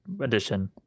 edition